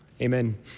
Amen